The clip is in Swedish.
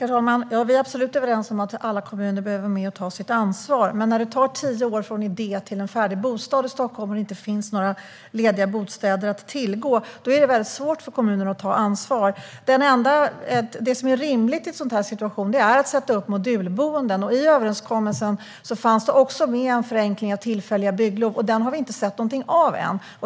Herr talman! Vi är absolut överens om att alla kommuner behöver vara med och ta sitt ansvar. Men när det tar tio år från idé till en färdig bostad i Stockholm och det inte finns några lediga bostäder att tillgå är det väldigt svårt för kommuner att ta ansvar. Det som är rimligt i en sådan här situation är att sätta upp modulboenden. I överenskommelsen fanns det också med en förenkling av tillfälliga bygglov. Den har vi inte sett någonting av än.